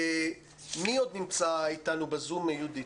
מי נמצא איתנו בזום, יהודית?